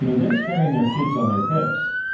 you know they're carrying their kids on their hips,